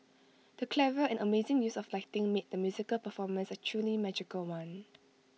the clever and amazing use of lighting made the musical performance A truly magical one